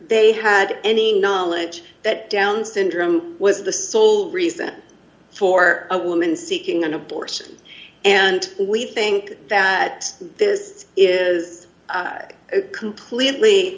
they had any knowledge that down's syndrome was the sole reason for a woman seeking an abortion and we think that this is a completely